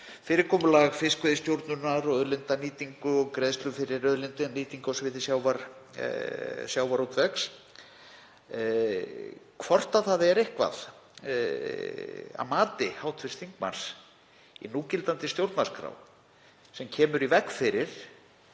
fyrirkomulag fiskveiðistjórnar og auðlindanýtingar og greiðslur fyrir auðlindanýtingu á sviði sjávarútvegs, hvort það sé eitthvað, að mati hv. þingmanns, í núgildandi stjórnarskrá sem kemur í veg fyrir